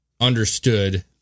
understood